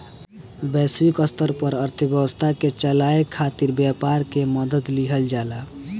वैश्विक स्तर पर अर्थव्यवस्था के चलावे खातिर व्यापार के मदद लिहल जाला